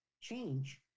change